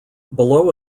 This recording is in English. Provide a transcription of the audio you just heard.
below